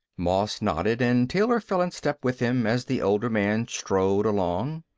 moss nodded and taylor fell in step with him, as the older man strode along.